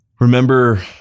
remember